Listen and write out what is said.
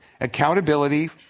accountability